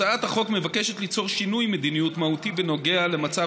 הצעת החוק מבקשת ליצור שינוי מדיניות מהותי בנוגע למצב